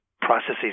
processes